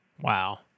Wow